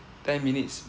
ten minutes